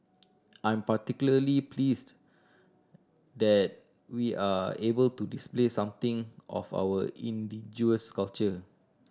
I'm particularly pleased that we're able to display something of our indigenous culture